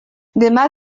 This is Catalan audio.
demà